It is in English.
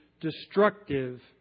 destructive